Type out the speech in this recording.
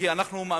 כי אנחנו מאמינים